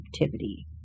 activity